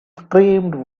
screamed